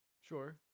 Sure